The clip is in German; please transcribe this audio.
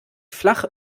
flach